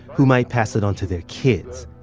who might pass it onto their kids.